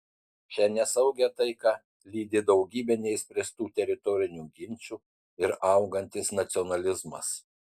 šią nesaugią taiką lydi daugybė neišspręstų teritorinių ginčų ir augantis nacionalizmas